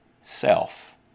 self